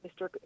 Mr